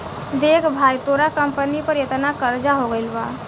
देख भाई तोरा कंपनी पर एतना कर्जा हो गइल बा